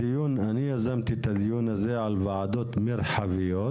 אני יזמתי את הדיון הזה על ועדות מרחביות